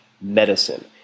medicine